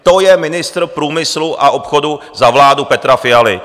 To je ministr průmyslu a obchodu za vládu Petra Fialy!